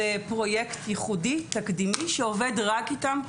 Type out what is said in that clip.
זה פרויקט ייחודי תקדימי שעובד רק איתם,